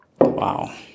Wow